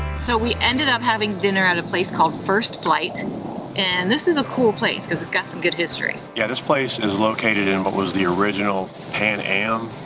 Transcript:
so, we ended up having dinner at a place called first flight and this is a cool place cause it's got some good history. yeah, this place is located in what was the original pan am.